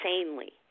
insanely